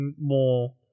more